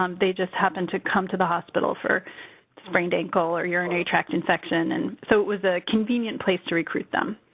um they just happened to come to the hospital for a sprained ankle or a urinary tract infection, and so it was a convenient place to recruit them.